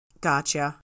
Gotcha